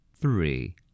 three